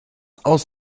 aus